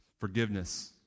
Forgiveness